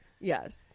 Yes